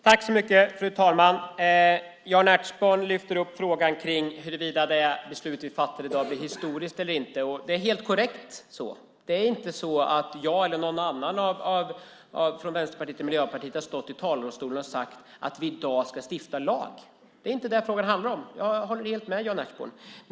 Fru talman! Jan Ertsborn lyfter upp frågan huruvida det beslut vi fattar i dag blir historiskt eller inte. Det är helt korrekt att inte jag eller någon från Miljöpartiet eller Vänsterpartiet har stått i talarstolen och sagt att vi i dag ska stifta lag. Det är inte vad frågan handlar om. Jag håller helt med Jan Ertsborn.